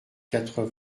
quatre